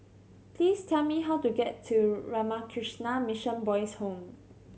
please tell me how to get to Ramakrishna Mission Boys' Home